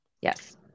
Yes